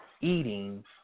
Eating